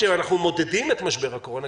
כשאנחנו מודדים את משבר הקורונה,